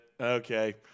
Okay